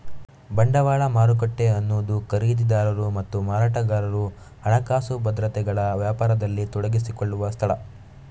ಬಂಡವಾಳ ಮಾರುಕಟ್ಟೆ ಅನ್ನುದು ಖರೀದಿದಾರರು ಮತ್ತು ಮಾರಾಟಗಾರರು ಹಣಕಾಸು ಭದ್ರತೆಗಳ ವ್ಯಾಪಾರದಲ್ಲಿ ತೊಡಗಿಸಿಕೊಳ್ಳುವ ಸ್ಥಳ